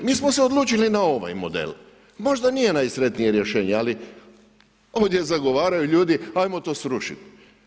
Mi smo se odlučili na ovaj model, možda nije najsretnije rješenje, ali ovdje zagovaraju ljudi ajmo to srušiti.